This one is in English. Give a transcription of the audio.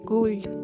Gold